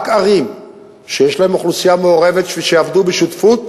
רק ערים שיש להן אוכלוסייה מעורבת ויעבדו בשותפות